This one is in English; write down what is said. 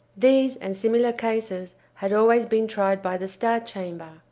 these and similar cases had always been tried by the star chamber,